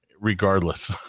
regardless